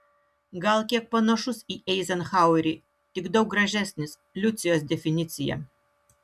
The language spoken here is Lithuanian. gal kiek panašus į eizenhauerį tik daug gražesnis liucijos definicija